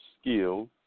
skills